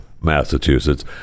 Massachusetts